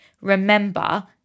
Remember